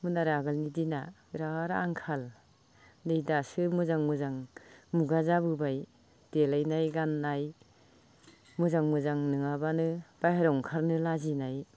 आरो आगोलनि दिना बिराद आंखाल नै दासो मोजां मोजां मुगा जाबोबाय देलायनाय गाननाय मोजां मोजां नङाब्लानो बाहेराव ओंखारनो लाजिनाय